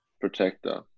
protector